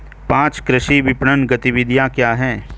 पाँच कृषि विपणन गतिविधियाँ क्या हैं?